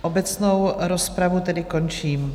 Obecnou rozpravu tedy končím.